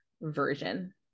version